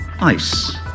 ice